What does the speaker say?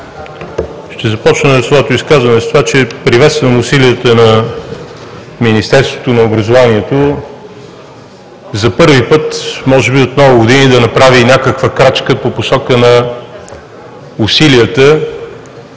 Ще започна своето изказване с това, че приветствам усилията на Министерството на образованието и науката, за първи път може би от много години, да направи някаква крачка по посока на усилията